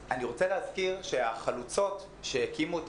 אני רוצה להזכיר שהחלוצות שהקימו את